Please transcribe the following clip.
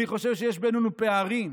אני חושב שיש בינינו פערים,